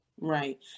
right